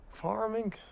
Farming